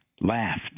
laughed